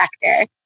sector